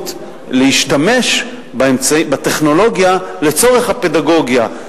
המיומנות להשתמש בטכנולוגיה לצורך הפדגוגיה.